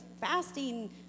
fasting